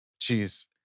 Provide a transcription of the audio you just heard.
Jeez